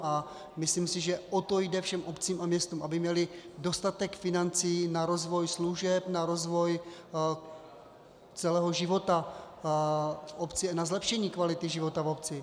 A myslím si, že o to jde všem obcím a městům, aby měly dostatek financí na rozvoj služeb, na rozvoj celého života v obci, na zlepšení kvality života v obci.